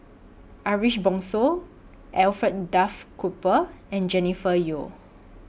Ariff Bongso Alfred Duff Cooper and Jennifer Yeo